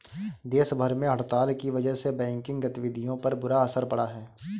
देश भर में हड़ताल की वजह से बैंकिंग गतिविधियों पर बुरा असर पड़ा है